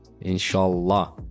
Inshallah